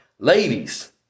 Ladies